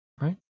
Right